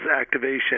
activation